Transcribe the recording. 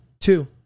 Two